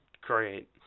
Great